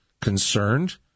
concerned